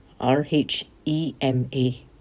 r-h-e-m-a